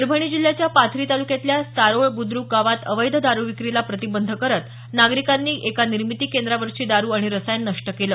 परभणी जिल्ह्याच्या पाथरी तालुक्यातल्या सारोळ बुद्रूक गावात अवैध दारू विक्रीला प्रतिबंध करत नागरिकांनी एका निर्मिती केंद्रावरची दारू आणि रसायन नष्ट केलं